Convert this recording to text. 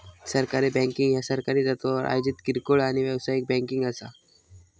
सहकारी बँकिंग ह्या सहकारी तत्त्वावर आयोजित किरकोळ आणि व्यावसायिक बँकिंग असा